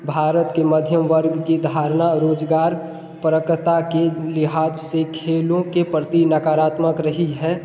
भारत के मध्यम वर्ग की धारणा रोज़गार परखता के लिहाज़ से खेलों के प्रति नकारात्मक रही है